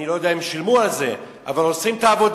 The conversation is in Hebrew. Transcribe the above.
אני לא יודע אם שילמו על זה, אבל עושים את העבודה,